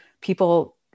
people